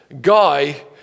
guy